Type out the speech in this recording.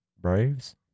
braves